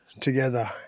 together